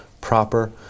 proper